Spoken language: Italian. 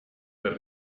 per